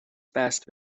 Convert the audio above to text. passed